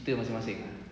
cerita masing masing ah